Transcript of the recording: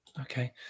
Okay